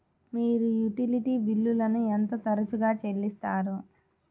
మీరు యుటిలిటీ బిల్లులను ఎంత తరచుగా చెల్లిస్తారు?